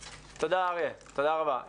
אריה, תודה רבה.